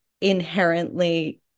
inherently